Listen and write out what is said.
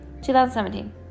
2017